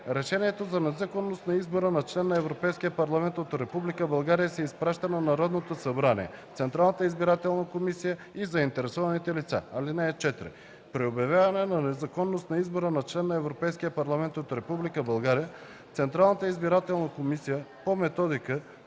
Решението за незаконност на избора на член на Европейския парламент от Република България се изпраща на Народното събрание, Централната избирателна комисия и заинтересованите лица. (4) При обявяване на незаконност на избора на член на Европейския парламент от Република България, Централната избирателна комисия по методика